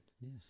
yes